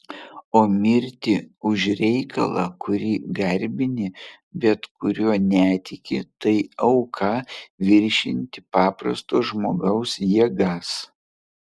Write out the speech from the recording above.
o mirti už reikalą kurį garbini bet kuriuo netiki tai auka viršijanti paprasto žmogaus jėgas